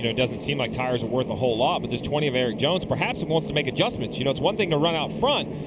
doesn't seem like tires are worth a whole lot, but the twenty of erik jones perhaps and wants to make adjustments. you know it's one thing to be out front.